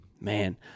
man